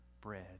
bread